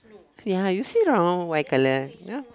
ya you see round white colour you know